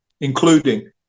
including